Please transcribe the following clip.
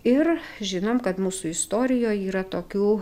ir žinom kad mūsų istorijoj yra tokių